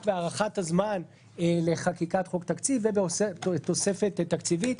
בהארכת הזמן לחקיקת חוק ובתוספת תקציבית.